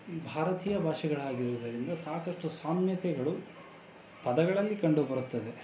ಭಾರತೀಯ ಭಾಷೆಗಳಾಗಿರುವುದರಿಂದ ಸಾಕಷ್ಟು ಸಾಮ್ಯತೆಗಳು ಪದಗಳಲ್ಲಿ ಕಂಡುಬರುತ್ತದೆ